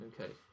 Okay